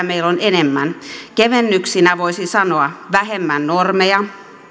meillä on enemmän kevennyksinä voisi sanoa vähemmän normeja